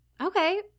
Okay